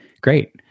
great